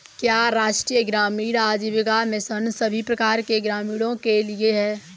क्या राष्ट्रीय ग्रामीण आजीविका मिशन सभी प्रकार के ग्रामीणों के लिए है?